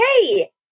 Hey